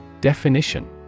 Definition